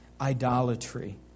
idolatry